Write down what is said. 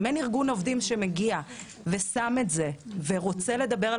אם אין ארגון עובדים שמגיע ושם את זה ורוצה לדבר על